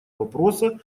вопроса